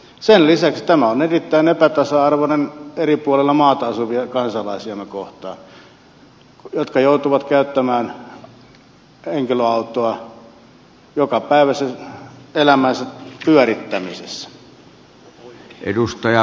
sen lisäksi tämä on erittäin epätasa arvoinen eri puolilla maata asuvia kansalaisiamme kohtaan jotka joutuvat käyttämään henkilöautoa jokapäiväisen elämänsä pyörittämisessä